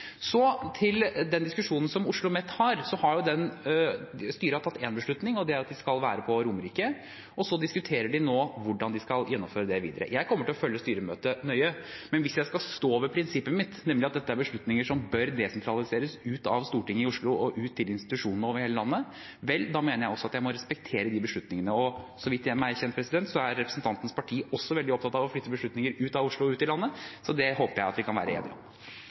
Til diskusjonen Oslomet har: Styret har tatt en beslutning, og det er at de skal være på Romerike, og de diskuterer nå hvordan de skal gjennomføre det videre. Jeg kommer til å følge styremøtet nøye. Men hvis jeg skal stå ved prinsippet mitt, nemlig at dette er beslutninger som bør desentraliseres ut av Stortinget i Oslo og ut til institusjonene over hele landet, da mener jeg også at jeg må respektere de beslutningene. Så vidt meg bekjent, er representantens parti også veldig opptatt av å flytte beslutninger ut av Oslo og ut i landet, så det håper jeg at vi kan være enige om.